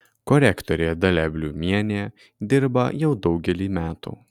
korektorė dalia bliumienė dirba jau daugelį metų